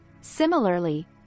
Similarly